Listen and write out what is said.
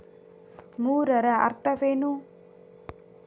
ಮೂರರ ಅರ್ಥವೇನು?